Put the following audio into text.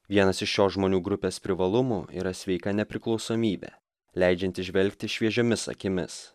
vienas iš šios žmonių grupės privalumų yra sveika nepriklausomybė leidžianti žvelgti šviežiomis akimis